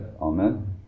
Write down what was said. Amen